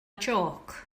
jôc